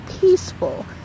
peaceful